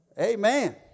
Amen